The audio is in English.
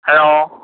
hello